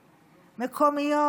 מקומיות.